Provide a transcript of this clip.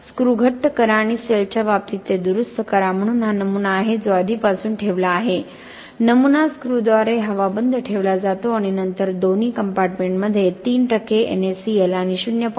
screw घट्ट करा आणि सेलच्या बाबतीत ते दुरुस्त करा म्हणून हा नमुना आहे जो आधीपासून ठेवला आहे नमुना स्क्रूद्वारे हवाबंद ठेवला जातो आणि नंतर दोन्ही कंपार्टमेंटमध्ये 3 टक्के NaCl आणि 0